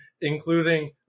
including